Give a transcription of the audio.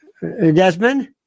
Desmond